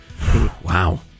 Wow